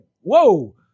whoa